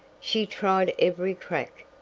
she tried every crack,